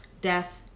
death